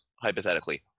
hypothetically